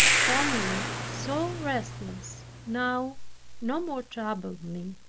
formerly so restless, now no more troubled me.